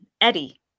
Eddie